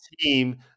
team